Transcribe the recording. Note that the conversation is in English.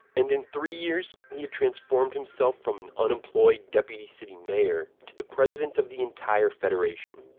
and in three years, he had transformed himself from an unemployed deputy city mayor, to the president of the entire federation.